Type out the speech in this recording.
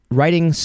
writing